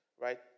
Right